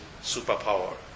superpower